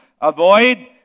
Avoid